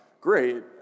great